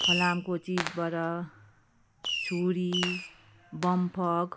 फलामको चिजबाट छुरी बम्फक